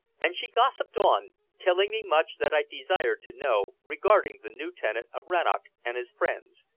and she gossiped on, telling me much that i desired to know regarding the new tenant of rannoch and his friends,